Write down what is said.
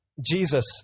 Jesus